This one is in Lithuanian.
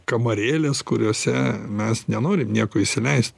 kamarėles kuriose mes nenorim nieko įsileist